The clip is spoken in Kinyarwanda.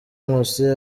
nkusi